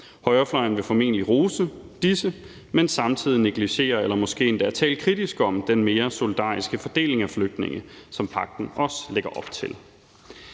Højrefløjen vil formentlig rose disse, men samtidig negligere eller måske endda tale kritisk om den mere solidariske fordeling af flygtninge, som pagten også lægger op til.